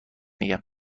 میگم